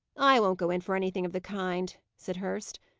i won't go in for anything of the kind, said hurst.